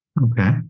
Okay